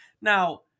Now